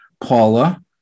Paula